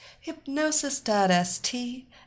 hypnosis.st